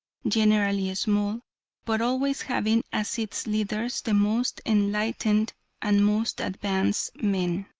generally small, but always having as its leaders the most enlightened and most advanced men.